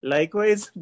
Likewise